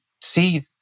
see